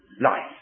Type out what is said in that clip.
life